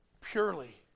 purely